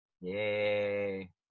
Yay